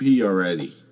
already